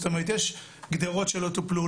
יש גדרות שלא טופלו,